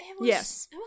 Yes